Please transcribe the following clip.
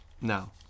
Now